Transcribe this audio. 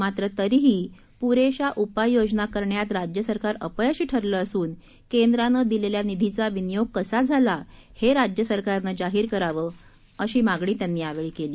मात्र तरीही पुरेशा उपाय योजना करण्यात राज्य सरकार अपयशी ठरलं असून केंद्रानं दिलेल्या निधीचा विनियोग कसा झाला हे राज्य सरकारनं जाहीर करावं असं ते यावेळी म्हणाले